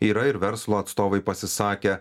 yra ir verslo atstovai pasisakę